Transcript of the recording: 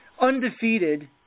undefeated